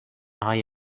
eye